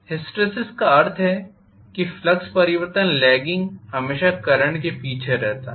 hysteresis का अर्थ है कि फ्लक्स परिवर्तन लैगिंग हमेशा करंट के पीछे रहता है